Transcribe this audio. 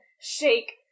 shake